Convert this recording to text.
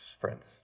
friends